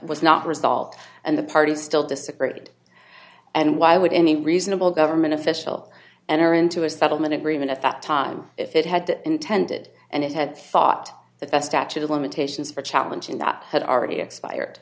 was not resolved and the parties still disagreed and why would any reasonable government official and or into a settlement agreement at that time if it had intended and it had thought the best actually the limitations for challenging that had already expired